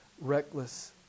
reckless